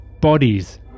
bodies